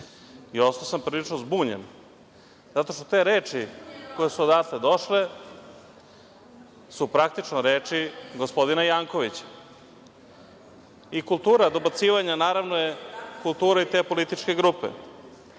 i ostao sam prilično zbunjen, zato što su te reči koje su odatle došle praktično reči gospodina Jankovića. I kultura dobacivanja, naravno, je kultura te političke grupe.